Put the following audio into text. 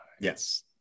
Yes